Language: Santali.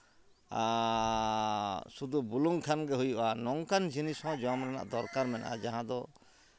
ᱥᱩᱫᱩ ᱵᱩᱞᱩᱝ ᱠᱷᱟᱱ ᱜᱮ ᱦᱩᱭᱩᱜᱼᱟ ᱱᱚᱝᱠᱟᱱ ᱡᱤᱱᱤᱥ ᱦᱚᱸ ᱡᱚᱢ ᱨᱮᱱᱟᱜ ᱫᱚᱨᱠᱟᱨ ᱢᱮᱱᱟᱜᱼᱟ ᱡᱟᱦᱟᱸ ᱫᱚ